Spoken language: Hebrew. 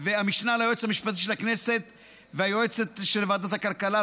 המשנה ליועץ המשפטי של הכנסת והיועצת המשפטית של ועדת הכלכלה,